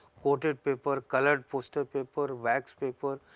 coated paper, coloured poster paper, wax paper,